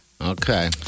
Okay